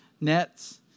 nets